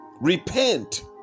Repent